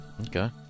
Okay